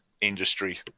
industry